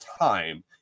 time